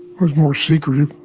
was more secretive